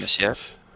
yes